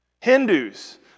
Hindus